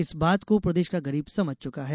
इस बात को प्रदेश का गरीब समझ चुका है